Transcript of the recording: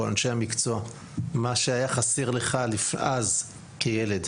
מה שהיה חסר לך אז כילד.